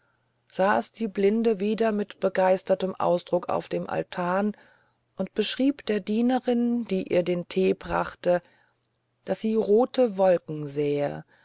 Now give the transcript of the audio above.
saß die blinde wieder mit begeistertem ausdruck auf dem altan und beschrieb der dienerin die ihr den tee brachte daß sie rote wolken sähe